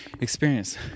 experience